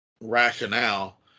rationale